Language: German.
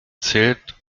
zählt